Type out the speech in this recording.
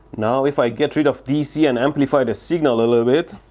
now if i get rid of dc and amplify the signal a little bit.